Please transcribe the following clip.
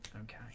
Okay